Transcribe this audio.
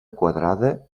quadrada